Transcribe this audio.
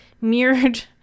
mirrored